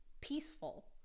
peaceful